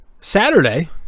Saturday